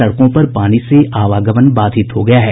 सड़कों पर पानी से आवागमन बाधित हो गया है